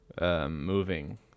Moving